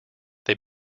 they